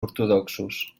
ortodoxos